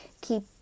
keep